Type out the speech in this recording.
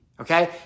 Okay